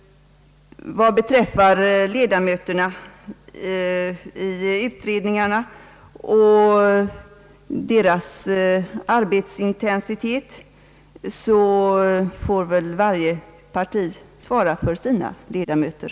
Väd beträffar ledamöterna i utredningarna och deras arbetsintensitet får väl varje parti svara för sina ledamöter.